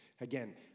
Again